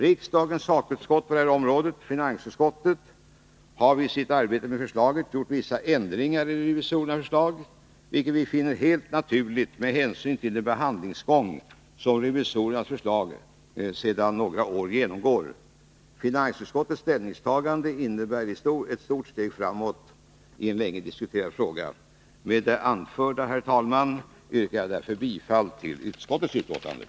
Riksdagens sakutskott på detta område — finansutskottet — har vid sitt arbete gjort vissa ändringar i revisorernas förslag, vilket vi finner helt naturligt med hänsyn till den behandling som revisorernas förslag sedan några år genomgår. Finansutskottets ställningstagande innebär ett stort steg framåt i en länge diskuterad fråga. Med det anförda, herr talman, yrkar jag därför bifall till utskottets hemställan.